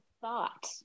thought